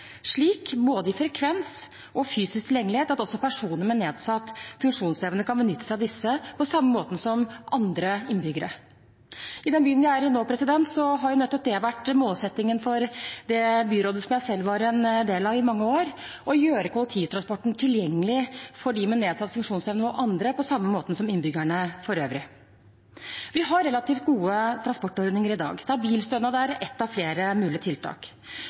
slik – med tanke på både frekvens og fysisk tilgjengelighet – at personer med nedsatt funksjonsevne kan benytte seg av disse på samme måte som alle andre innbyggere. I den byen vi nå er i, har nettopp dette vært målsettingen for det byrådet som jeg selv var en del av i mange år – å gjøre kollektivtransporten tilgjengelig for dem med nedsatt funksjonsevne og andre, på samme måte som for innbyggerne for øvrig. Vi har relativt gode transportordninger i dag, der bilstønad er ett av flere mulige tiltak.